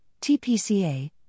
TPCA